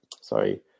Sorry